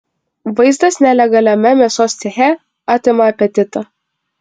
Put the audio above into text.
vaizdas nelegaliame mėsos ceche atima apetitą